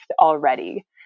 already